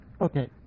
okay